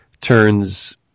turns